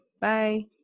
Bye